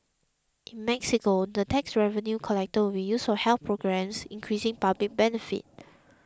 in Mexico the tax revenue collected will be used for health programmes increasing public benefit